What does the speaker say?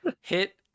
Hit